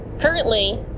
Currently